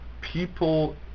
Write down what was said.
people